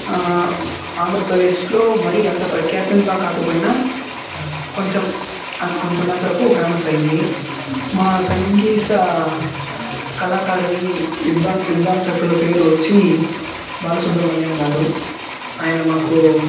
ఆంధ్రప్రదేశ్లో మరి అంత ప్రఖ్యాతంగా కాకపోయినా కొంచెం కొంచెం మాత్రం ఫేమస్ అయ్యింది మా సంగీత కళాకారుని విధ్వ విధ్వంసకుల పేరు వచ్చి బాలసుబ్రమణ్యం గారు ఆయన మాకు